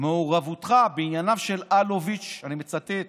"מעורבותך בענייניו של אלוביץ'", אני מצטט,